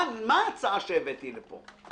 מה ההצעה שהבאתי לפה?